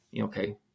okay